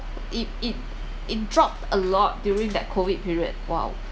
it it it dropped a lot during that COVID period !wow!